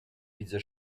widzę